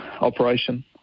operation